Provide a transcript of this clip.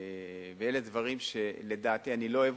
אלה דברים שאני לא אוהב.